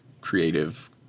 creative